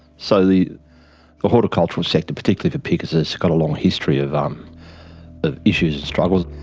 so the the horticultural sector particularly for pickers, has got a long history of um of issues and struggles.